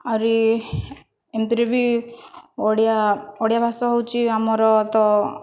ଆହୁରି ଏମିତିରେ ବି ଓଡ଼ିଆ ଓଡ଼ିଆ ଭାଷା ହେଉଛି ଆମର ତ